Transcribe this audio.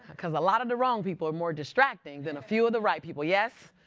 because a lot of the wrong people are more distracting than a few of the right people, yes?